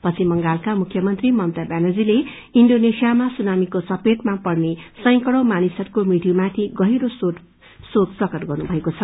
पश्चिख्म बंगालका मुख्यमन्त्री ममता व्यानर्जीले इन्डोनेश्यिमा सुनामीको चपेटमा पर्ने सैंकडौं मानिसहरूको मृत्युमाथि गहिरो शोक प्रकट गर्नुभएको छ